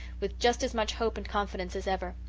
with just as much hope and confidence as ever.